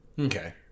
Okay